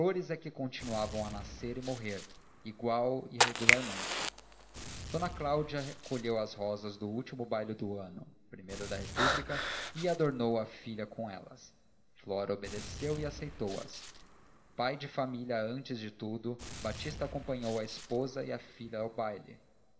flores é que continuavam a nascer e morrer igual e regularmente d cláudia colheu as rosas do último baile do ano primeiro da república e adornou a filha com elas flora obedeceu e aceitou as pai de família antes de tudo batista acompanhou a esposa e a filha ao baile